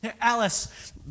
Alice